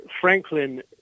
Franklin